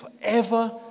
forever